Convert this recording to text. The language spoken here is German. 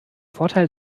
vorteil